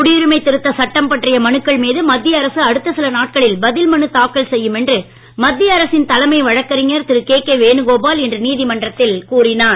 குடியுரிமை திருத்த சட்டம் பற்றிய மனுக்கள் மீது மத்திய அரசு அடுத்த சில நாட்களில் பதில் மனு தாக்கல் செய்யும் என்று மத்திய அரசின் தலைமை வழக்கறிஞர் திரு கேகே வேணுகோபால் இன்று நீதிமன்றத்தில் கூறினார்